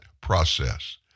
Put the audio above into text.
process